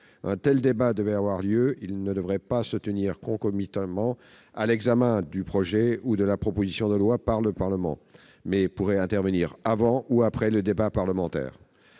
un tel débat devait avoir lieu, il ne devrait pas se tenir concomitamment à l'examen du projet ou de la proposition de loi par le Parlement, mais il pourrait intervenir avant ou après le débat parlementaire.